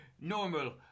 Normal